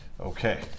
Okay